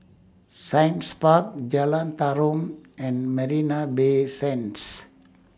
Science Park Jalan Tarum and Marina Bay Sands